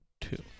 Two